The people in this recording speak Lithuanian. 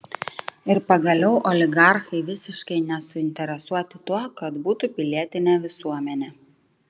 ir pagaliau oligarchai visiškai nesuinteresuoti tuo kad būtų pilietinė visuomenė